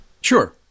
Sure